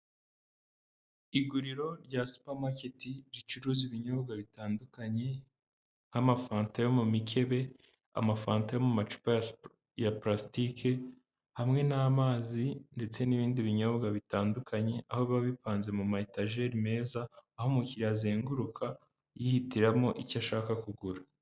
Iguriro rya supamaketi ricuruza ibinyobwa bitandukanye nk'amafanta yo mu mikebe, amafanta yo mu macupa ya palasitike, hamwe n'amazi, ndetse n'ibindi binyobwa bitandukanye, aho biba bipanze mu ma etajeri meza. Aho umukiriya azenguruka yihitiramo icyo ashaka kugura.